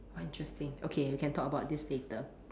quite interesting okay we can talk about this later